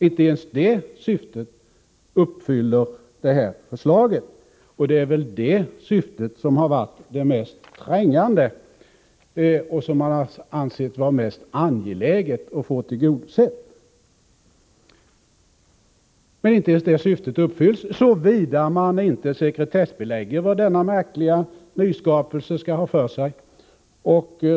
Inte ens det syftet uppfyller förslaget, och det är väl det syftet man ansett det vara mest angeläget att få tillgodosett. Men inte ens det syftet uppfylls, såvida man inte sekretessbelägger vad denna märkliga nyskapelse skall ha för sig.